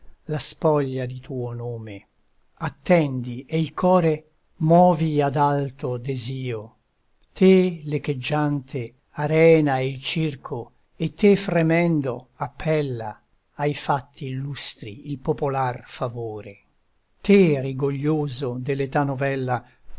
la spoglia di tuo nome attendi e il core movi ad alto desio te l'echeggiante arena e il circo e te fremendo appella ai fatti illustri il popolar favore te rigoglioso dell'età novella